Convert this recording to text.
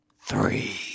Three